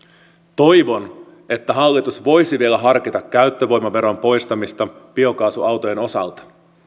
toivon että hallitus voisi vielä harkita käyttövoimaveron poistamista biokaasuautojen osalta